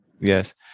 Yes